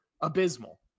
Abysmal